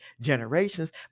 generations